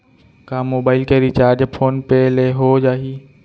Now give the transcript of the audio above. का मोबाइल के recharge phone पे ले हो जाही?